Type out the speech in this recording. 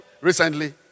recently